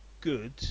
good